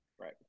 right